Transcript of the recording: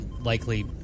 likely